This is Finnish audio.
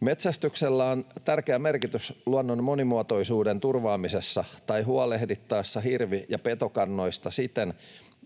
Metsästyksellä on tärkeä merkitys luonnon monimuotoisuuden turvaamisessa tai huolehdittaessa hirvi- ja petokannoista siten,